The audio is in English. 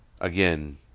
again